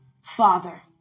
Father